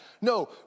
No